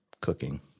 cooking